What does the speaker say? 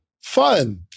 fun